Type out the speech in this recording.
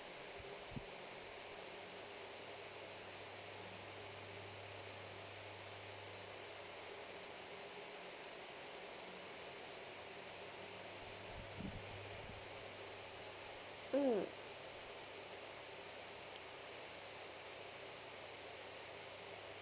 mm